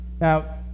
Now